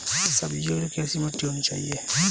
सब्जियों के लिए कैसी मिट्टी होनी चाहिए?